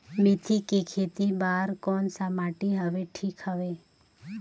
मेथी के खेती बार कोन सा माटी हवे ठीक हवे?